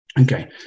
Okay